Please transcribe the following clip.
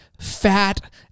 fat